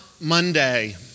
Monday